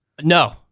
No